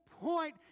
point